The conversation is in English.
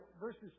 verses